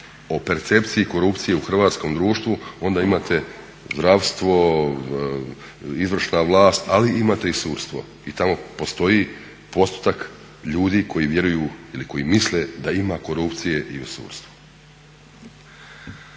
o percepciji korupcije u hrvatskom društvu onda imate zdravstvo, izvršna vlast ali imate i sudstvo i tamo postoji postotak ljudi koji vjeruju ili koji misle da ima korupcije i u sudstvu.